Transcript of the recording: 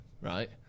right